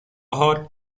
حال